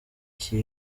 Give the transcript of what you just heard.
cye